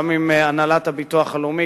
גם עם הנהלת הביטוח הלאומי,